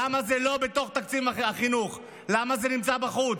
למה זה לא בתוך תקציב החינוך, למה זה נמצא בחוץ?